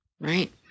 right